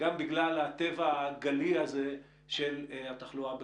וגם בגלל הטבע הגלי הזה של התחלואה בקורונה.